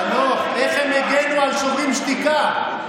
חנוך, איך הם הגנו על שוברים שתיקה?